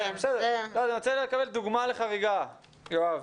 אני רוצה לקבל דוגמה לחריגה, יואב.